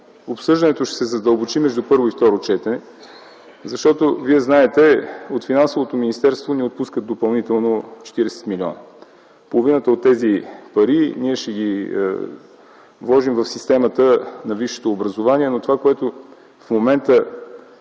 обсъждането между първо второ четене ще се задълбочи, защото Вие знаете, че от Финансовото министерство ни отпускат допълнително 40 милиона. Половината от тези пари ние ще вложим в системата на висшето образование. Но това, което в момента